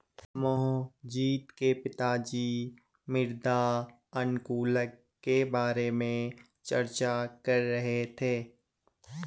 मोहजीत के पिताजी मृदा अनुकूलक के बारे में चर्चा कर रहे थे